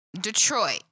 Detroit